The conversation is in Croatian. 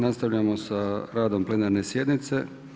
Nastavljamo sa radom plenarne sjednice.